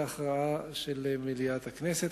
להכרעה של מליאת הכנסת.